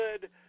good